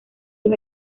los